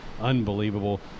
unbelievable